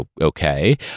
okay